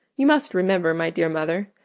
you must remember, my dear mother,